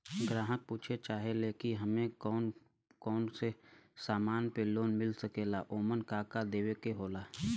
ग्राहक पुछत चाहे ले की हमे कौन कोन से समान पे लोन मील सकेला ओमन का का देवे के होला?